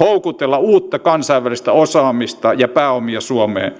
houkutella uutta kansainvälistä osaamista ja pääomia suomeen